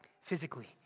physically